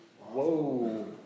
Whoa